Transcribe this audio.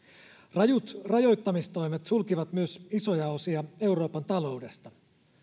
rajut rajoittamistoimet sulkivat myös isoja osia euroopan taloudesta